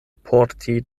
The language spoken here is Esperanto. porti